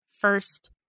first